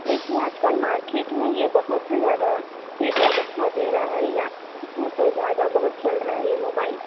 دیکھیے آج کل مارکٹ میں یہ بہت ہی زیادہ فیڈبیک اچھا دے رہا ہے یا یہاں پر بہت زیادہ چل رہا ہے یہ موبائل